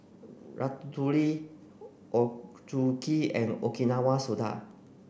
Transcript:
Ratatouille Ochazuke and Okinawa Soda